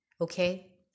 okay